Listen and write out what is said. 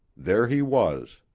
there he was!